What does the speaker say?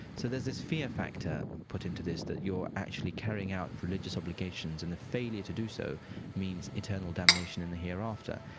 so there's this fear factor put into this that you are actually carrying out religious obligations and the failure to do so means eternal damnation in the hereafter.